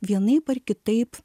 vienaip ar kitaip